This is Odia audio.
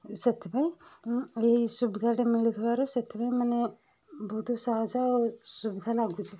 ସେଥିପାଇଁ ମୁଁ ଏଇ ସୁବିଧାଟି ମିଳିଥିବାରୁ ସେଥିପାଇଁ ମାନେ ବହୁତ ସହଜ ଆଉ ସୁବିଧା ଲାଗୁଛି